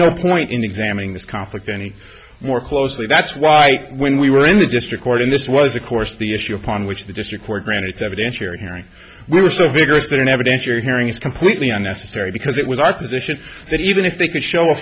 no point in examining this conflict any more closely that's why when we were in the district court and this was of course the issue upon which the district court granted its evidentiary hearing were so vigorous that in evidence your hearing is completely unnecessary because it was artificial that even if they could show a